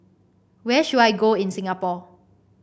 where should I go in Singapore